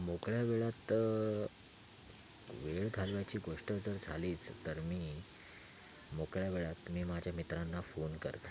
मोकळ्या वेळात वेळ घालवायची गोष्ट जर झालीच तर मी मोकळ्या वेळात मी माझ्या मित्रांना फोन करतो